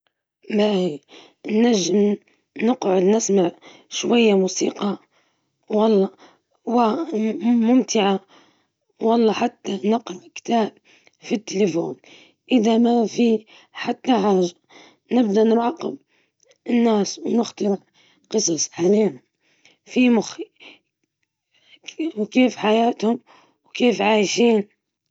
ناخذ كتاب خفيف أو أسمع موسيقى بودزني، لو عندي موبايل، نقعد نبحر في حاجة نحبها زي فيديوهات أو مقالات، لو الجو حلو، نتفرج على الناس والبيئة حواليا.